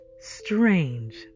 strange